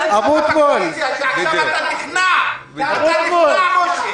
אתה נכנע.